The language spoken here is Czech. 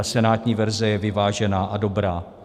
Senátní verze je vyvážená a dobrá.